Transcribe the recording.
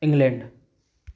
England